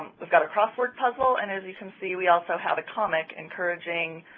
we've got a crossword puzzle, and as you can see we also have a comic encouraging,